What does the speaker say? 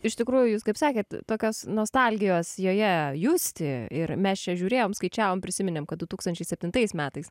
iš tikrųjų jūs kaip sakėt tokios nostalgijos joje justi ir mes čia žiūrėjom skaičiavom prisiminėm kad du tūkstančiai septintais metais